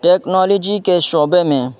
technology کے شعبے میں